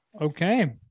Okay